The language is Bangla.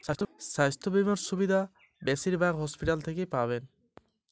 স্বাস্থ্য বীমার কি কি সুবিধে সুপার স্পেশালিটি হাসপাতালগুলিতে পাব?